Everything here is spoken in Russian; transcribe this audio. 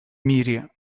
мире